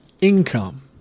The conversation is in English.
income